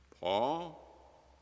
Paul